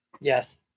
Yes